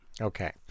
Okay